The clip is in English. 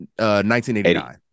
1989